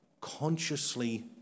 consciously